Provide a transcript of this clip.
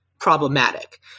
problematic